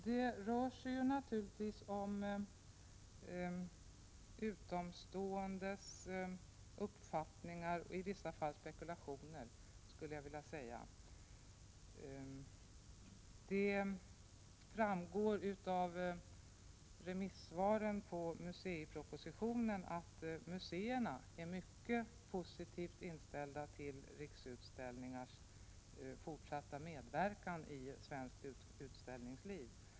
Det rör sig naturligtvis om utomståendes uppfattningar och i vissa fall spekulationer, skulle jag vilja säga. Det framgår av remissvaren på museipropositionen att museerna är mycket positivt inställda till Riksutställningars fortsatta medverkan i svenskt utställningsliv.